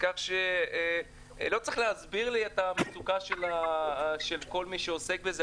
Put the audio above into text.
כך שלא צריך להסביר לי את המצוקה של כל מי שעוסק בזה.